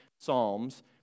Psalms